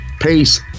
Peace